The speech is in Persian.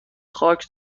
خاک